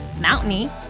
mountainy